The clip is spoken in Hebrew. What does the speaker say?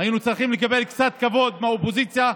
היינו צריכים לקבל קצת כבוד מהאופוזיציה.